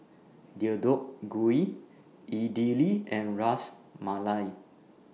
Deodeok Gui Idili and Ras Malai